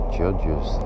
judges